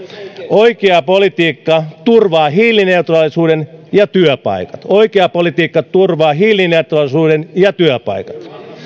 oikea politiikka turvaa hiilineutraalisuuden ja työpaikat oikea politiikka turvaa hiilineutraalisuuden ja työpaikat